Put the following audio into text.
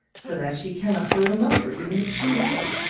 so that she cannot throw them over, even if she would.